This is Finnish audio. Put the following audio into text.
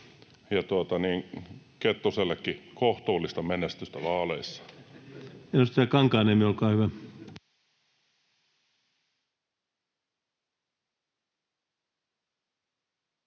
Kettusellekin kohtuullista menestystä vaaleissa.